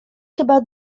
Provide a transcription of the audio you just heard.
chyba